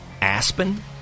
Aspen